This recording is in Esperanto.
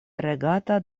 regata